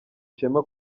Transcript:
shema